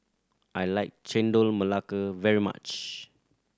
I like Chendol Melaka very much